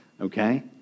Okay